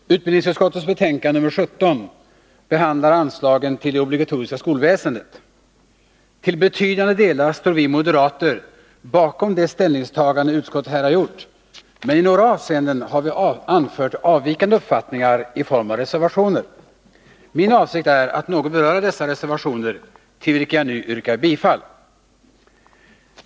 Herr talman! Utbildningsutskottets betänkande nr 17 behandlar anslagen till det obligatoriska skolväsendet. Till betydande delar står vi moderater bakom de ställningstaganden utskottet här har gjort, men i några avseenden har vi anfört avvikande uppfattningar i form av reservationer. Min avsikt är att något beröra dessa reservationer, till vilka jag nu yrkar bifall.